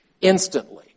Instantly